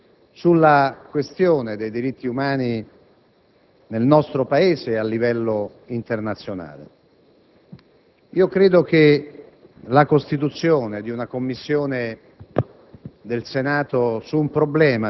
in questa Camera sulla questione dei diritti umani nel nostro Paese e a livello internazionale. La costituzione di una Commissione